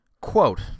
Quote